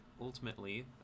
ultimately